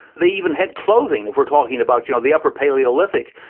they even had clothing if we're talking about you know the upper paleolithic.